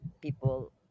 people